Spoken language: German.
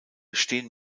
stehen